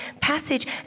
passage